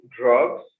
drugs